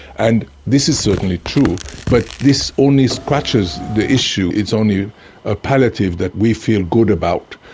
and this is certainly true but this only scratches the issue. it's only a palliative that we feel good about.